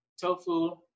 tofu